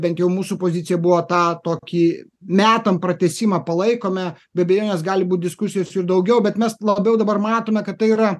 bent jau mūsų pozicija buvo tą tokį metam pratęsimą palaikome be abejonės gali būt diskusijos ir daugiau bet mes labiau dabar matome kad tai yra